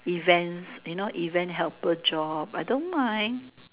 events you know event helper job I don't mind